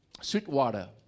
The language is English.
Sweetwater